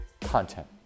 content